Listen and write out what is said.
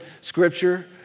scripture